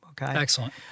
Excellent